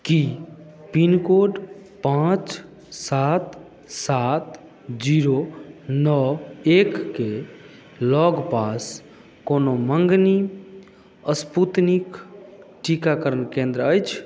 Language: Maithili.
की पिनकोड पाँच सात सात शुन्य नओ एक के लग पास कोनो मँगनी स्पूतनिक टीकाकरण केंद्र अछि